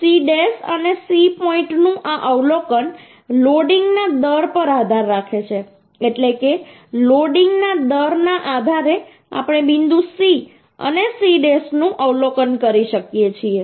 C dash અને C પૉઇન્ટનું આ અવલોકન લોડિંગના દર પર આધાર રાખે છે એટલે કે લોડિંગના દરના આધારે આપણે બિંદુ C અને C ડૅશનું અવલોકન કરી શકીએ છીએ